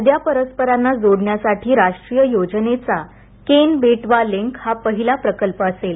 नद्या परस्परांना जोडण्यासाठी राष्ट्रीय योजनेचा केन बेटवा लिंक हा पहिला प्रकल्प असेल